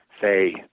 say